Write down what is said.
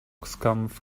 boxkampf